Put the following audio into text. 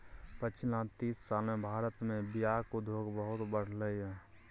पछिला तीस साल मे भारत मे बीयाक उद्योग बहुत बढ़लै यै